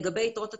לגבי יתרות התקציב,